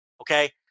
Okay